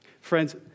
Friends